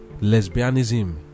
lesbianism